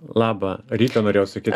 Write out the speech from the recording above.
labą rytą norėjau sakyt